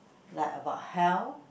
like about health